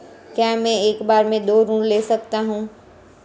क्या मैं एक बार में दो ऋण ले सकता हूँ?